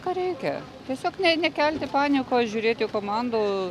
ką reikia tiesiog ne nekelti panikos žiūrėti komandų